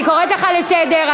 אני קוראת אותך לסדר,